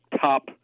top